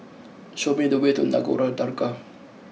show me the way to Nagore Dargah